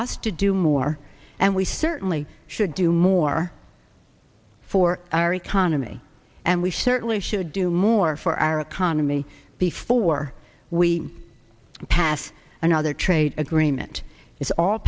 us to do more and we certainly should do more for our economy and we certainly should do more for our economy before we pass another trade agreement it's all